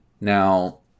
Now